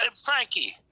Frankie